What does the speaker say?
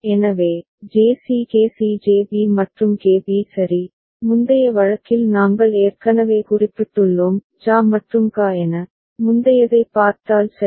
எனவே JC KC JB மற்றும் KB சரி முந்தைய வழக்கில் நாங்கள் ஏற்கனவே குறிப்பிட்டுள்ளோம் JA மற்றும் KA என முந்தையதைப் பார்த்தால் சரி